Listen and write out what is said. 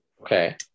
Okay